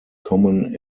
common